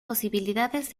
posibilidades